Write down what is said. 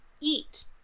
eat